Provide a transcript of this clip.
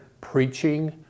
preaching